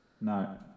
No